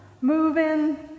moving